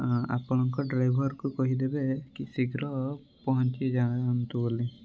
ଆପଣଙ୍କ ଡ୍ରାଇଭର୍କୁ କହିଦେବେ କି ଶୀଘ୍ର ପହଞ୍ଚି ଯାଆନ୍ତୁ ବୋଲି